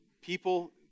People